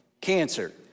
cancer